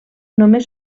només